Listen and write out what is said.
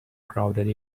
crowded